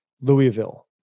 Louisville